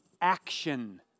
action